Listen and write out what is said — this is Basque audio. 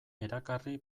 erakarri